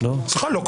לא.